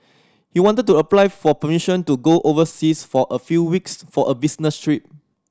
he wanted to apply for permission to go overseas for a few weeks for a business trip